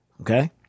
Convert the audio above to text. okay